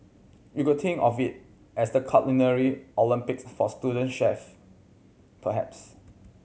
you could think of it as the Culinary Olympics for student chefs perhaps